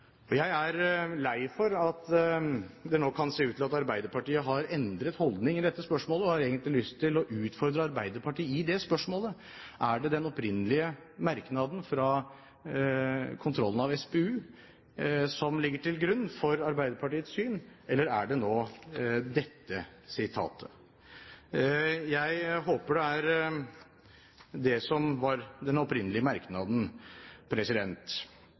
og Norges Bank. Jeg er lei for at det nå kan se ut til at Arbeiderpartiet har endret holdning i dette spørsmålet, og har egentlig lyst til å utfordre Arbeiderpartiet: Er det den opprinnelige merknaden fra kontrollen av SPU som ligger til grunn for Arbeiderpartiets syn, eller er det nå dette siste sitatet? Jeg håper det er den opprinnelige merknaden.